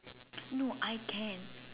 no I can